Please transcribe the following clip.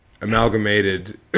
amalgamated